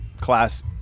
class